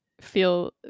feel